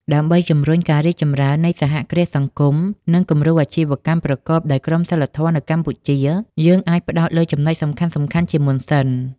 ដើម្បីជំរុញការរីកចម្រើននៃសហគ្រាសសង្គម និងគំរូអាជីវកម្មប្រកបដោយក្រមសីលធម៌នៅកម្ពុជា យើងអាចផ្តោតលើចំណុចសំខាន់ៗជាមុនសិន ។